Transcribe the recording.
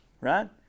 right